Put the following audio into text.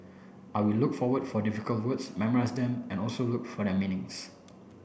I will look for what for difficult words memorise them and also look for their meanings